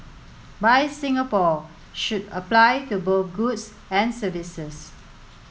buy Singapore should apply to both goods and services